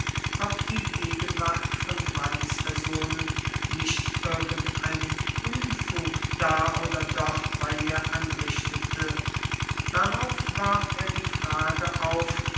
ob die gegenwart von mannspersonen nicht irgendeinen unfug da oder dort bei ihr anrichtete darauf warf er die frage auf